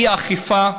האי-אכיפה,